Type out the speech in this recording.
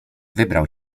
wybrał